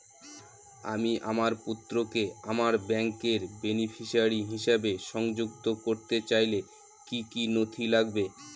আমি আমার পুত্রকে আমার ব্যাংকের বেনিফিসিয়ারি হিসেবে সংযুক্ত করতে চাইলে কি কী নথি লাগবে?